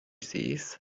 these